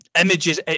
images